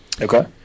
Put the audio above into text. Okay